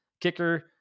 kicker